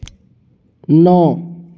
नौ